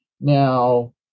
Now